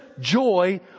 joy